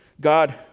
God